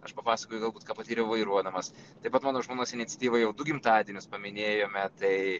aš papasakoju gal ką patyriau vairuodamas taip pat mano žmonos iniciatyva jau du gimtadienius paminėjome tai